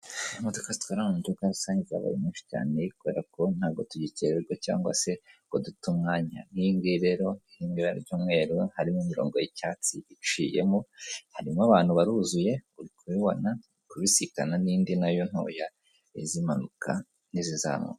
Imodoka zitwara muburyo bwa rusange zabaye nyinshi cyane kubera ko ntabwo tugikererwa cyangwa se ngo dute umwanya, nk'iyi ngiyi rero iri mu ibara ry'umweru harimo imirongo y'icyatsi iciyemo. Harimo abantu baruzuye uri kubibona iri kubisikana n'indi nayo ntoya iza imanuka n'iza izamuka.